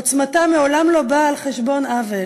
עוצמתה מעולם לא באה על חשבון עוול.